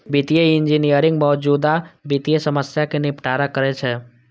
वित्तीय इंजीनियरिंग मौजूदा वित्तीय समस्या कें निपटारा करै छै